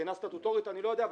מבחינה סטטוטורית אני לא יודע,